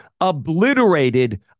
obliterated